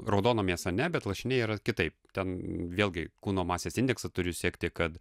raudona mėsa ne bet lašiniai yra kitaip ten vėlgi kūno masės indeksą turiu siekti kad